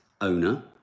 owner